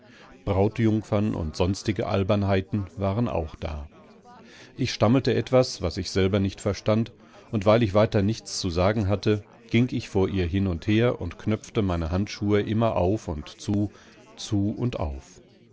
brautjungfern und sonstige albernheiten waren auch da ich stammelte etwas was ich selber nicht verstand und weil ich weiter nichts zu sagen wußte ging ich vor ihr hin und her und knöpfte meine handschuhe immer auf und zu zu und auf